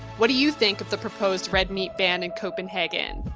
what do you think of the proposed red meat ban in copenhagen?